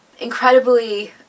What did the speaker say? incredibly